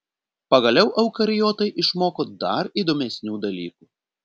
pagaliau eukariotai išmoko dar įdomesnių dalykų